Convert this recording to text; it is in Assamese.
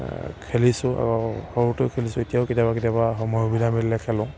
খেলিছোঁ আৰু সৰুতে খেলিছোঁ এতিয়াও কেতিয়াবা কেতিয়াবা সময় সুবিধা মিলাই খেলোঁ